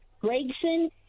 Gregson